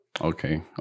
okay